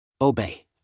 Obey